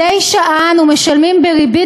מדי שעה אנו משלמים בריבית